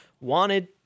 wanted